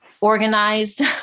organized